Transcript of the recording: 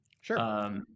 Sure